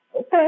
okay